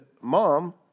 Mom